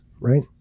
right